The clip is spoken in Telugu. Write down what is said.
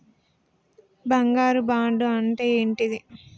బంగారు బాండు అంటే ఏంటిది?